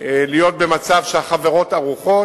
להיות במצב שהחברות ערוכות,